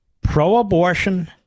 pro-abortion